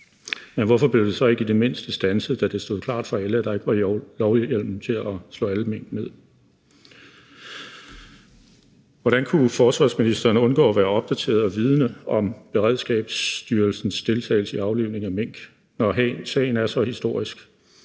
Men hvorfor blev det så ikke i det mindste standset, da det stod klart for alle, at der ikke var lovhjemmel til at slå alle mink ned? Hvordan kunne forsvarsministeren undgå at være opdateret og vidende om Beredskabsstyrelsens deltagelse i aflivningen af mink, når sagen er så historisk?